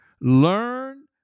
Learn